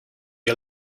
you